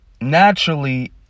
naturally